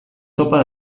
topa